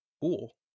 Cool